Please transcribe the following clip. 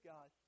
God